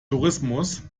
tourismus